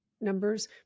numbers